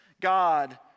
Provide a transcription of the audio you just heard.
God